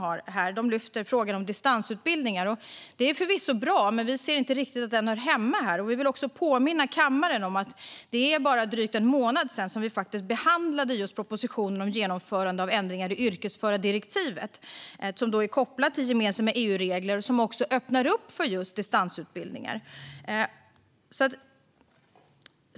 De lyfter där upp frågan om distansutbildningar, vilket förvisso är bra, men vi ser inte riktigt att frågan hör hemma här. Jag vill också påminna kammaren om att det bara är drygt en månad sedan som vi behandlade propositionen om genomförande av ändringar i yrkesförardirektivet, som är kopplat till gemensamma EU-regler och som också öppnar upp för just distansutbildningar.